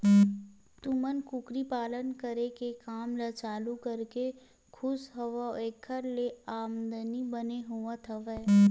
तुमन कुकरी पालन करे के काम ल चालू करके खुस हव ऐखर ले आमदानी बने होवत हवय?